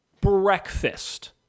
Breakfast